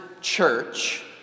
church